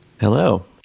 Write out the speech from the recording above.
Hello